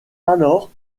alors